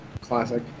Classic